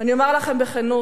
אומר לכם בכנות,